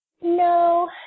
No